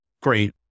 Great